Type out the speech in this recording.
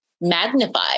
magnify